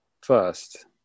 first